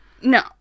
No